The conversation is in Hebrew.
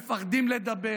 מפחדים לדבר,